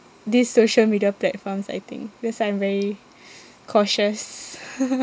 these social media platforms I think that's why I'm very cautious